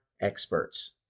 experts